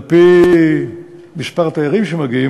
על-פי מספר התיירים שמגיעים,